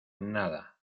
nada